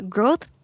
Growth